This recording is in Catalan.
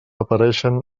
apareixen